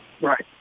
Right